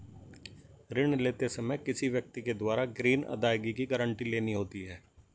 ऋण लेते समय किसी व्यक्ति के द्वारा ग्रीन अदायगी की गारंटी लेनी होती है